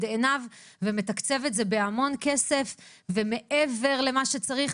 עיניו ומתקצב את זה בהמון כסף מעבר למה שצריך.